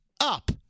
up